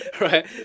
Right